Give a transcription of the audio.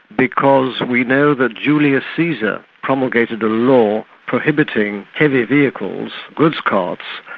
because we know that julius caesar promulgated a law prohibiting heavy vehicles, goods carts,